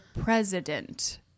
president